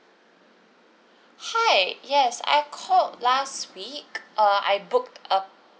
hi yes I called last week uh I booked a